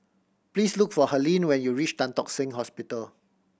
please look for Helene when you reach Tan Tock Seng Hospital